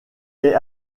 est